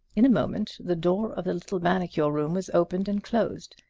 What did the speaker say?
in a moment the door of the little manicure room was opened and closed.